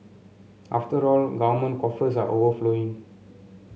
after all government coffers are overflowing